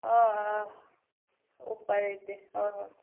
ꯎꯄꯥꯏ ꯂꯩꯇꯦ ꯍꯣꯏ ꯍꯣꯏ